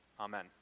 Amen